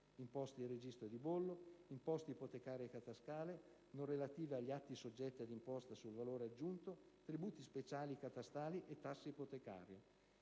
(imposte di registro e di bollo, imposte ipotecaria e catastale non relativa agli atti soggetti ad imposta sul valore aggiunto, tributi speciali catastali e tasse ipotecarie).